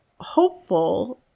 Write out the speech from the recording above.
hopeful